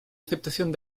aceptación